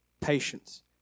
patience